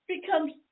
becomes